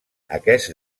aquest